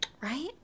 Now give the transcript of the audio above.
right